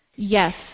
Yes